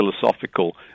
philosophical